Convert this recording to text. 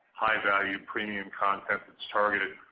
high-value, premium content that's targeted.